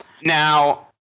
Now